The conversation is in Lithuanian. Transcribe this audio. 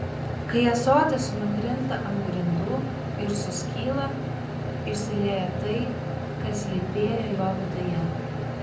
kai ąsotis nukrinta ant grindų ir suskyla išsilieja tai kas slypėjo jo viduje